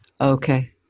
Okay